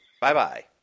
bye-bye